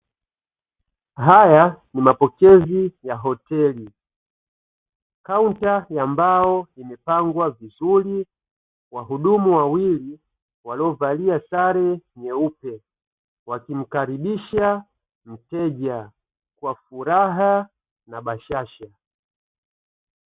Haya ni mapokezi ya hoteli, kaunta ya mbao imepangwa vizuri, wahudumu wawili waliovalia sare nyeupe wakimkaribisha mteja kwa furaha na bashasha.